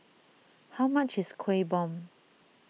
how much is Kueh Bom